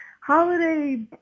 holiday